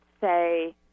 say